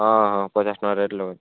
ହଁ ହଁ ପଚାଶ୍ ଟଙ୍କା ରେଟ୍ ଲାଗେ